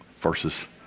versus